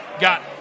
got